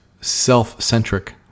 self-centric